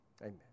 Amen